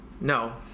No